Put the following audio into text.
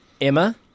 Emma